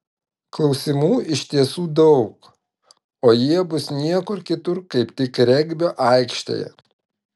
klausimų iš tiesų daug o jie bus niekur kitur kaip tik regbio aikštėje